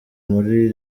muri